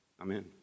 amen